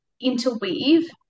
interweave